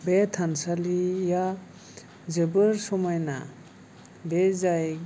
बे थानसालिआ जोबोर समायना बे जाय